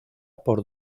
por